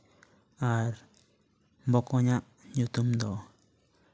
ᱟᱨ ᱵᱚᱠᱚᱧᱟᱜ ᱧᱩᱛᱩᱢ ᱫᱚ